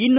ಇನ್ನು